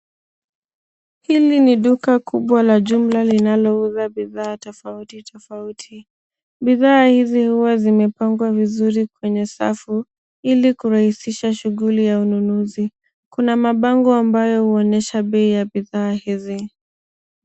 Hili ni duka kubwa la jumla linalouza bidhaa tafauti tafauti. Bidhaa hizi huwa zimepangwa vizuri kwenye safu ili kurahishisha shughuli ya ununuzi. Kuna mabango ambao uonyesha pei ya bidhaa hizi.